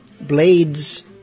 Blades